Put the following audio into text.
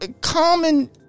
common